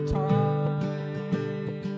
time